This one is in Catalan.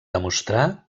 demostrar